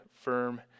firm